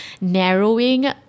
narrowing